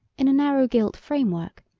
in a narrow gilt framework,